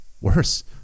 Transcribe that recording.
Worse